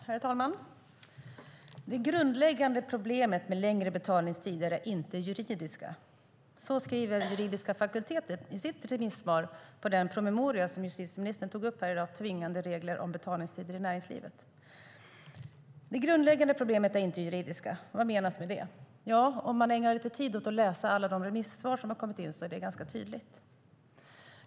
Herr talman! "Det grundläggande problemet med längre betalningstider är inte juridiskt." Så skriver Juridiska fakulteten i sitt remissvar på den promemoria som justitieministern tog upp här i dag: Tvingande regler om betalningstider i näringslivet . Det grundläggande problemet är inte juridiskt. Vad menas med det? Om man ägnar lite tid åt att läsa alla remissvar som kommit in är det ganska tydligt.